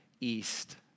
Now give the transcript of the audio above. east